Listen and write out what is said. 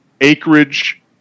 acreage